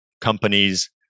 companies